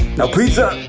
no pizza.